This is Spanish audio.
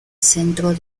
centro